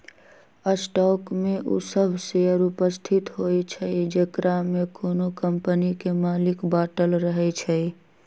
stock में उ सभ शेयर उपस्थित होइ छइ जेकरामे कोनो कम्पनी के मालिक बाटल रहै छइ